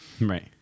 Right